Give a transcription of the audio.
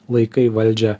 laikai valdžią